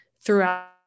throughout